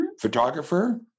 photographer